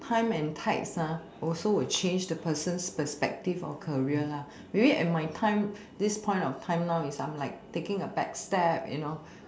time and tides uh also will change the person's perspective of career lah maybe at my time this point of time now I am like taking a back step you know